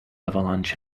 avalanche